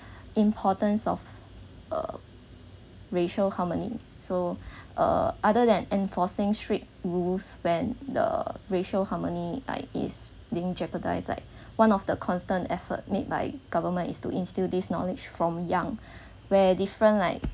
importance of a racial harmony so uh other than enforcing strict rules when the racial harmony like is being jeopardised like one of the constant effort made by government is to instill this knowledge from young where different like